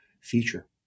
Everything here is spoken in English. feature